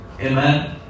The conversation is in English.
Amen